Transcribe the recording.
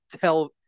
tell